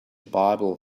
bible